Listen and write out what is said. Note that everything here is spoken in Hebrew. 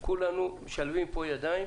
כולנו פה משלבים ידיים